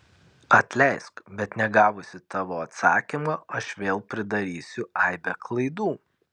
atleisk bet negavusi tavo atsakymo aš vėl pridarysiu aibę klaidų